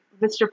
Mr